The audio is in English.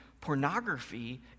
pornography